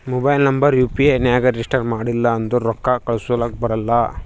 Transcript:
mobile number U P I ನಾಗ್ register ಮಾಡಿಲ್ಲ ಅಂದುರ್ ರೊಕ್ಕಾ ಕಳುಸ್ಲಕ ಬರಲ್ಲ